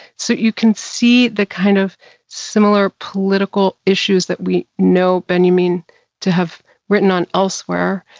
so, you can see the kind of similar political issues that we know benjamin to have written on elsewhere.